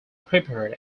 prepared